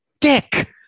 dick